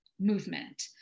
movement